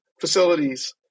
facilities